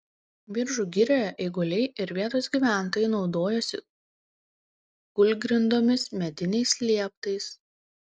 biržų girioje eiguliai ir vietos gyventojai naudojosi kūlgrindomis mediniais lieptais